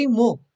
more